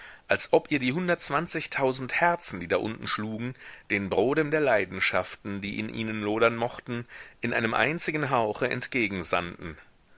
als ob ihr die hundertundzwanzigtausend herzen die da unten schlugen den brodem der leidenschaften die in ihnen lodern mochten in einem einzigen hauche